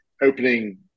opening